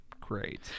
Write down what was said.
great